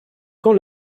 quand